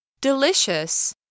delicious